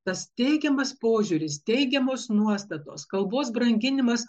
tas teigiamas požiūris teigiamos nuostatos kalbos branginimas